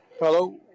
Hello